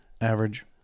Average